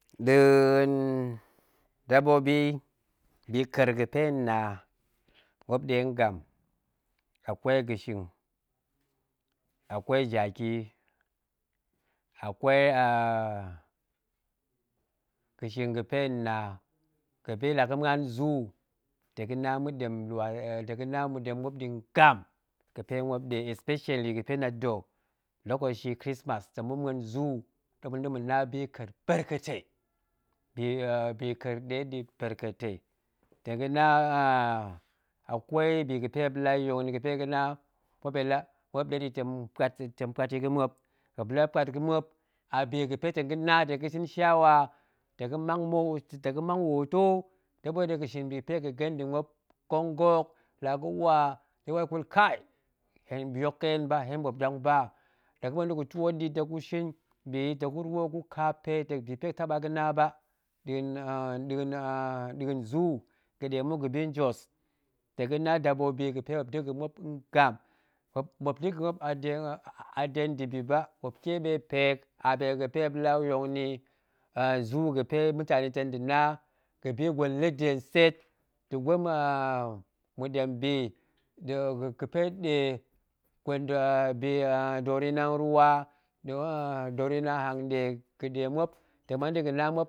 Nɗa̱a̱n daɓoɓi bi ka̱er ga̱pe hen na muop nɗe ngam, a kwei ga̱shing, akwei jaki, a kwei a ga̱shing ga̱pe hen na, ga̱pe la ga̱ muan nzuu, ta ga̱ na ma̱ɗem muop ɗiingam ga̱pe muop nɗe specially ga̱la da̱ lokaci krismas, la̱ ma̱ muen zuu, ta̱ da̱ ma̱na bika̱er ber katei, ta̱ ga̱na akwei bi ga̱pe muop nɗe la yong ni ga̱pe ga̱na muop ɗe la muop ɗeɗi tong puat yi ga̱ muop, muop la puat ga̱ muop, a ɓi ga̱pe ta̱ ga̱na, ta̱ ga̱shin shawa, ta̱ ga̱ mang hoto, ta̱ ga̱ɓoot dega̱ shin bi ga̱pe gake nda̱ muop, nkong ga̱hok la ga̱wa ta̱ ga̱ɓoot ga̱kut kai hen bi hok ke hen ɓa hen ɓop dang ba, la gumuen da̱gu twoot ɗi ta̱ gushin bi yi, ta gu wuro gu kaampe dip ɓi ga̱pe taɓa ga̱ na ba, nɗa̱a̱n zuu gaɗe muk ga̱bi jos, ta̱ ga̱na dabobi ga̱pe muop da̱ga̱ muop ngam, muop da̱ga̱ muop a de a de nda̱ bi ba, muop keɓe pe hok a de ga̱pe muop la yong ni zuu ga̱pe mutani tong da̱ na bi gwen lede ntset nda̱ gwen a ma̱ɗen bi ga̱pe nɗe, gwen dorina ruwa ɗorina hanga̱ɗe ga̱ɗe muop ta̱ muan dega̱ ɗe